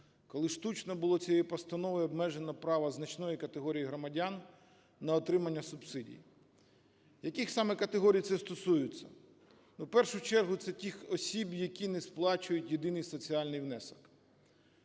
коли штучно було цією постановою обмежено право значної категорії громадян на отримання субсидій. Яких саме категорій це стосується? В першу чергу це тих осіб, які не сплачують єдиний соціальний внесок.